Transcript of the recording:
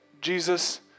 Jesus